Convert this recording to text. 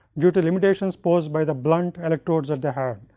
due to limitations posed by the blunt electrodes at the heart,